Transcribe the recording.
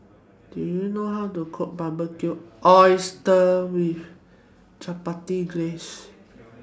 Do YOU know How to Cook Barbecued Oysters with Chipotle Glaze